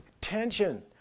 Tension